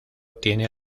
tiene